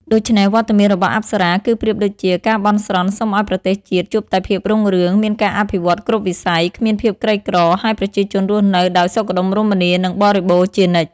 ដូច្នេះ វត្តមានរបស់អប្សរា គឺប្រៀបដូចជា ការបន់ស្រន់សុំឲ្យប្រទេសជាតិជួបតែភាពរុងរឿង មានការអភិវឌ្ឍន៍គ្រប់វិស័យ គ្មានភាពក្រីក្រ ហើយប្រជាជនរស់នៅដោយសុខដុមរមនា និងបរិបូរណ៍ជានិច្ច។